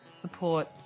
support